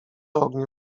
ogniu